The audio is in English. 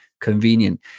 convenient